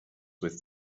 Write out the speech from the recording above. with